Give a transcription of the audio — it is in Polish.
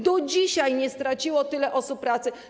Do dzisiaj nie straciło tyle osób pracy.